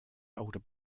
older